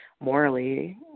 morally